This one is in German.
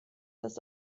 das